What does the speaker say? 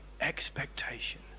expectation